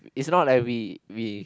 is not like we we